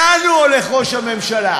לאן הוא הולך, ראש הממשלה?